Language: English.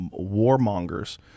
warmongers